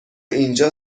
اینجا